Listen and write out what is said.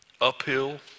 uphill